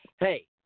Hey